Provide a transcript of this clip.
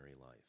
life